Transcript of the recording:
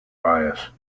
bias